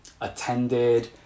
attended